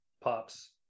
pops